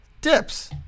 Dips